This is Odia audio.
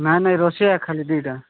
ନାଇଁ ନାଇଁ ରୋଷେଆ ଖାଲି ଦୁଇଟା